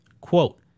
Quote